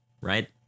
right